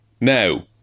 Now